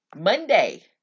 Monday